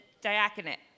diaconate